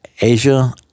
Asia